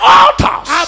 altars